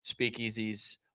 speakeasies